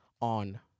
on